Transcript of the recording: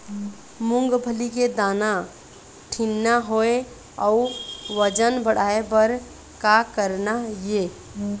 मूंगफली के दाना ठीन्ना होय अउ वजन बढ़ाय बर का करना ये?